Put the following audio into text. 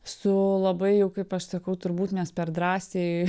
su labai jau kaip aš sakau turbūt mes per drąsiai